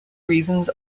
reasons